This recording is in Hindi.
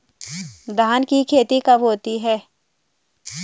धान की खेती कब होती है?